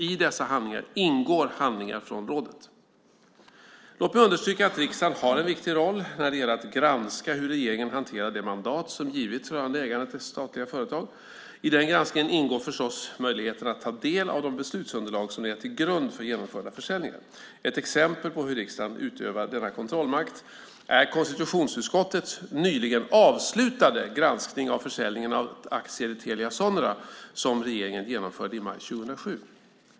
I dessa handlingar ingår handlingar från rådet. Låt mig understryka att riksdagen har en viktig roll när det gäller att granska hur regeringen hanterat det mandat som givits rörande ägandet i statliga företag. I den granskningen ingår förstås möjligheten att ta del av de beslutsunderlag som legat till grund för genomförda försäljningar. Ett exempel på hur riksdagen utövar denna kontrollmakt är konstitutionsutskottets nyligen avslutade granskning av försäljningen av aktier i Telia Sonera som regeringen genomförde i maj 2007.